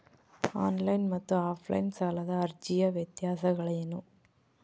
On line ಮತ್ತು offline ಸಾಲದ ಅರ್ಜಿಯ ವ್ಯತ್ಯಾಸಗಳೇನು?